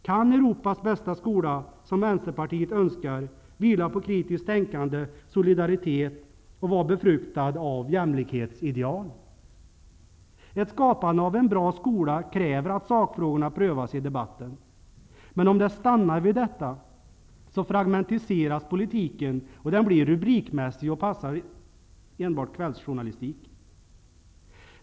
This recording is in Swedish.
Kan Europas bästa skola, som Vänsterpartiet önskar, vila på kritiskt tänkande och solidaritet och vara befruktad av jämlikhetsideal? Ett skapande av en bra skola kräver att sakfrågorna prövas i debatten. Men om det stannar vid detta, fragmentiseras politiken, blir rubrikmässig och passar enbart för kvällstidningsjournalistik.